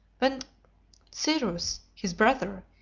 when cyrus, his brother,